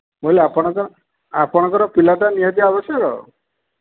ମୁଁ କହିଲି ଆପଣଙ୍କର ଆପଣଙ୍କର ପିଲାଟା ନିହାତି ଆବଶ୍ୟକ